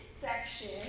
section